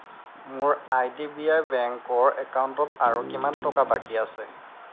মোৰ I D B I বেংকৰ একাউণ্টত আৰু কিমান টকা বাকী আছে